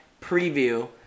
Preview